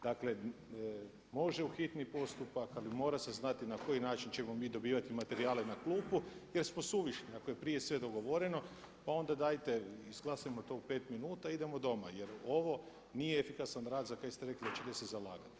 Dakle može u hitni postupak ali mora se znati na koji način ćemo mi dobivati materijale na klupu jer smo suvišni, ako je prije sve dogovoreno pa onda dajte, izglasajmo to u 5 minuta, idemo doma jer ovo nije efikasan rad za kaj ste rekli da ćete se zalagati.